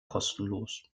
kostenlos